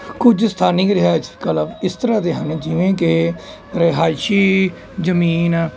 ਕੁਝ ਸਥਾਨਕ ਰਿਹਾਇਸ਼ ਕਲੱਬ ਇਸ ਤਰ੍ਹਾਂ ਦੇ ਹਨ ਜਿਵੇਂ ਕਿ ਰਿਹਾਇਸ਼ੀ ਜ਼ਮੀਨ